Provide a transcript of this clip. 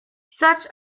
such